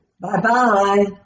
Bye-bye